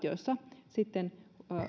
joissa sitten